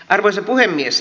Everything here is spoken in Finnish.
arvoisa puhemies